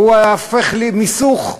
והוא היה הופך למיסוך,